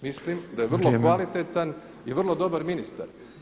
Mislim da je vrlo kvalitetan [[Upadica predsjednik: Vrijeme.]] i vrlo dobar ministar.